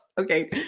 Okay